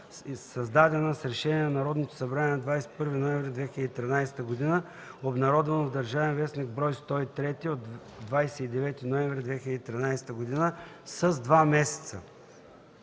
създадена с Решение на Народното събрание на 21 ноември 2013 г., обнародвано в „Държавен вестник”, бр. 103 от 29 ноември 2013 г., с два месеца.”